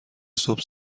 صبح